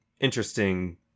interesting